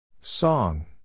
Song